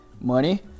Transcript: money